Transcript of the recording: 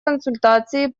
консультации